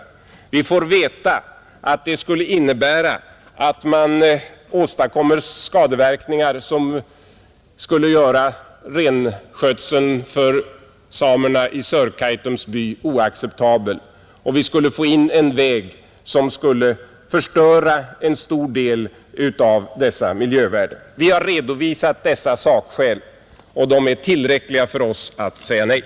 Vi fick då veta att projektet skulle innebära oacceptabla skadeverkningar för samernas renskötsel i Sörkaitums by, och vi skulle få en väg som förstörde en stor del av dessa miljövärden, Vi har redovisat dessa sakskäl, och de är tillräckliga för att vi skall säga nej.